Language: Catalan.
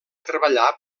treballar